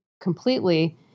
completely